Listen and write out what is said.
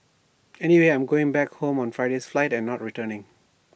anyway I'm going back home on Friday's flight and not returning